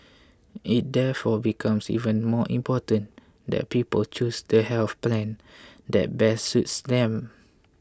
it therefore becomes even more important that people choose the health plan that best suits them